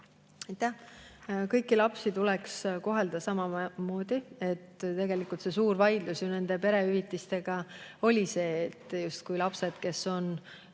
Kõiki lapsi tuleks kohelda samamoodi. Tegelikult see suur vaidlus ju nende perehüvitistega oli see, et justkui lapsed, kes on